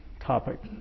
topic